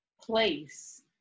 place